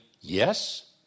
yes